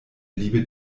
liebe